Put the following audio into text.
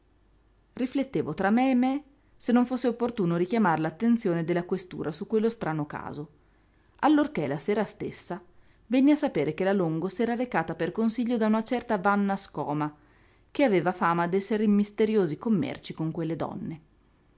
riflettevo tra me e me se non fosse opportuno richiamar l'attenzione della questura su quello strano caso allorché la sera stessa venni a sapere che la longo s'era recata per consiglio da una certa vanna scoma che aveva fama d'essere in misteriosi commerci con quelle donne